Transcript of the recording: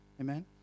Amen